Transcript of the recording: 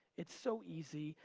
it's so easy,